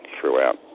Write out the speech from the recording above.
throughout